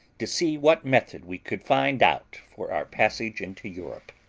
to see what method we could find out for our passage into europe.